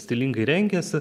stilingai rengiasi